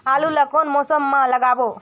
आलू ला कोन मौसम मा लगाबो?